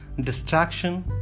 distraction